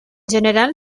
general